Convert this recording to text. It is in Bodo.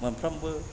मोनफ्रोमबो